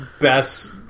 best